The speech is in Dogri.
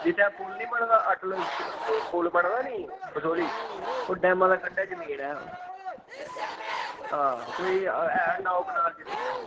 जित्थें पुल निं बने दा अटल ओह् पुल बने दा नी बसोह्ली ओह् डैमे दे कंढै जमीन ऐ हां कोई ऐ नौ कनाल जमीन ऐ